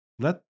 Let